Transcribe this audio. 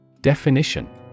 Definition